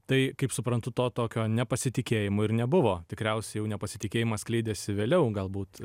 tai kaip suprantu to tokio nepasitikėjimo ir nebuvo tikriausiai jau nepasitikėjimas skleidėsi vėliau galbūt